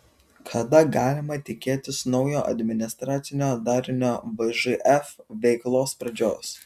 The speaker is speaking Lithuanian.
kada galima tikėtis naujojo administracinio darinio vžf veiklos pradžios